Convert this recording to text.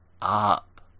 up